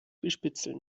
bespitzeln